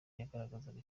yagaragazaga